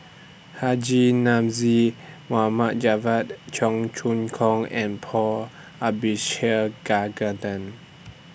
Haji Namazie Mohd Javad Cheong Choong Kong and Paul Abishegagaden